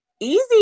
Easy